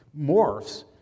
morphs